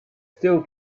still